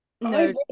no